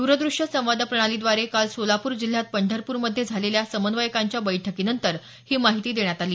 द्रदृश्य संवाद प्रणालीद्वारे काल सोलापूर जिल्ह्यात पंढरप्रमध्ये झालेल्या समन्वयकांच्या बैठकीनंतर ही माहिती देण्यात आली